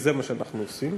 וזה מה שאנחנו עושים.